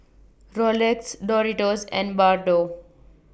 Rolex Doritos and Bardot